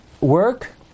work